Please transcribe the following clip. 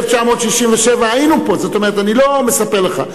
ב-1967 היינו פה, זאת אומרת, אני לא מספר לך.